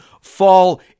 fall